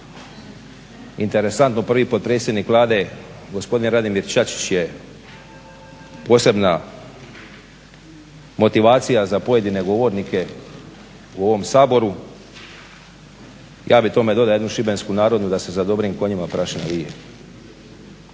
Interesantno prvi potpredsjednik Vlade gospodin Radimir Čačić je posebna motivacija za pojedine govornike u ovom Saboru. Ja bih dodao jednu šibensku narodnu da se "Za dobrim konjima prašina vije".